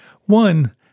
One